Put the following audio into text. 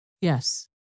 Yes